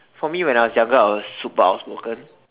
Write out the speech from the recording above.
for me when I was younger I was super outspoken